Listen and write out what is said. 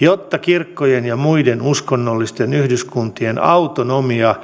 jotta kirkkojen ja muiden uskonnollisten yhdyskuntien autonomia